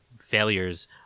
failures